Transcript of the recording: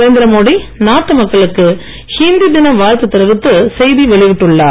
நரேந்திரமோடி நாட்டு மக்களுக்கு ஹிந்தி தின வாழ்த்து தெரிவித்து செய்தி வெளியிட்டுள்ளார்